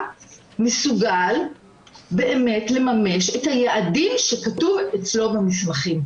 מסוגל באמת לממש את היעדים שכתובים אצלו במסמכים,